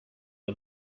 the